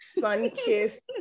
sun-kissed